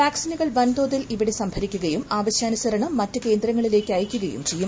വാക്സിനുകൾ വൻതോതിൽ ഇവിടെ സംഭരിക്കുകയും ആവശ്യാനുസരണം മറ്റു കേന്ദ്രങ്ങളിലേക്ക് അയക്കുകയും ചെയ്യും